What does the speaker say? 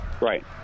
Right